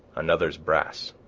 another's brass,